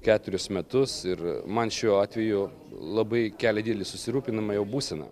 keturis metus ir man šiuo atveju labai kelia didelį susirūpinimą jo būsena